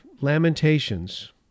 lamentations